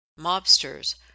mobsters